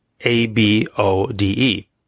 A-B-O-D-E